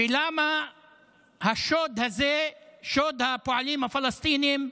ולמה השוד הזה, שוד הפועלים הפלסטינים,